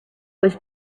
was